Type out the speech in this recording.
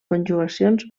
conjugacions